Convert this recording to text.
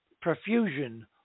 profusion